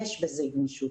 יש בזה גמישות.